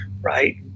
Right